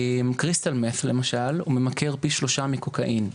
קריסטל-מט' למשל, הוא ממכר פי שלושה מקוקאין.